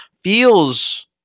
feels